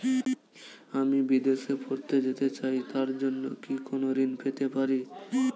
আমি বিদেশে পড়তে যেতে চাই তার জন্য কি কোন ঋণ পেতে পারি?